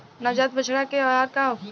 नवजात बछड़ा के आहार का होखे?